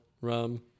rum